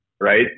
right